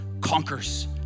conquers